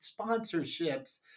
sponsorships